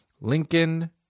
Lincoln